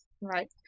Right